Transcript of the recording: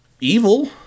evil